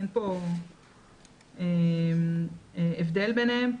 אין פה הבדל ביניהם.